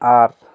আর